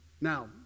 Now